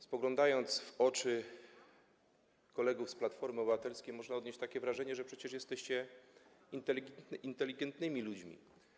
Spoglądając w oczy kolegów z Platformy Obywatelskiej, można odnieść wrażenie, że przecież jesteście inteligentnymi ludźmi.